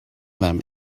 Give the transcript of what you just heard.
them